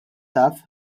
taf